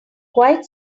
quite